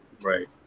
Right